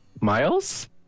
Miles